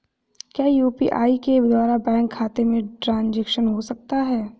क्या यू.पी.आई के द्वारा बैंक खाते में ट्रैन्ज़ैक्शन हो सकता है?